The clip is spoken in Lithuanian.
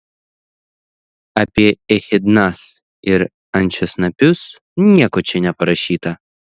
apie echidnas ir ančiasnapius nieko čia neparašyta